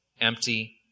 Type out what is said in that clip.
empty